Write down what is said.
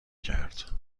کرد